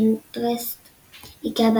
באתר פינטרסט איקאה,